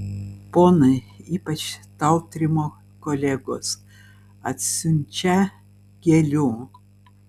ponai ypač tautrimo kolegos atsiunčią gėlių